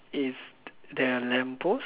is there a lamp post